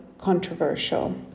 controversial